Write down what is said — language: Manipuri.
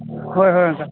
ꯍꯣꯏ ꯍꯣꯏ ꯑꯪꯀꯜ